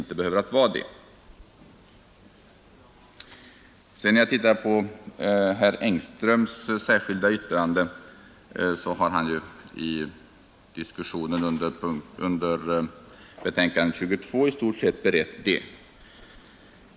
Herr Engström har i diskussionen om civilutskottets betänkande nr 22 i stort sett redogjort för sitt särskilda yttrande.